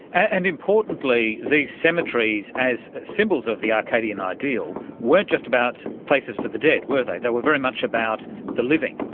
and importantly these cemeteries as symbols of the arcadian ideal weren't just about places for the dead, were they, they were very much about the living.